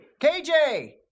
KJ